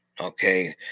okay